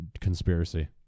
Conspiracy